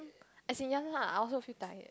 as in ya lah I also feel tired